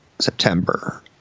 September